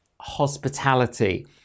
hospitality